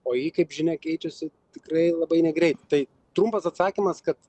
o ji kaip žinia keičiasi tikrai labai negreit tai trumpas atsakymas kad